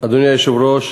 אדוני היושב-ראש,